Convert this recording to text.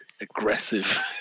aggressive